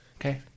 Okay